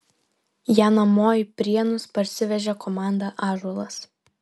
ją namo į prienus parsivežė komanda ąžuolas